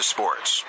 Sports